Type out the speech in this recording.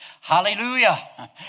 Hallelujah